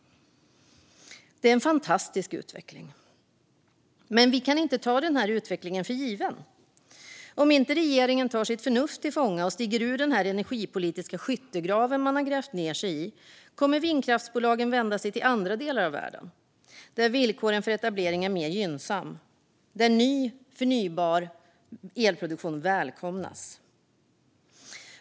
Det är en fantastisk utveckling, men man kan inte ta den för given. Om inte regeringen tar sitt förnuft till fånga och stiger ur den energipolitiska skyttegrav man grävt ned sig i kommer vindkraftsbolagen att vända sig till andra delar av världen där villkoren för etablering är mer gynnsam och ny förnybar elproduktion välkomnas.